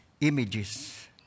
Images